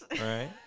Right